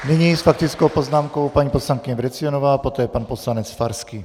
Nyní s faktickou poznámkou paní poslankyně Vrecionová, poté pan poslanec Farský.